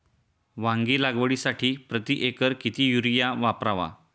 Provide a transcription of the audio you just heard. वांगी लागवडीसाठी प्रति एकर किती युरिया वापरावा?